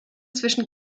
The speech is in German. zwischen